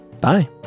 Bye